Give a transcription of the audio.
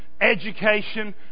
education